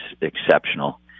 exceptional